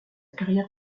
carrière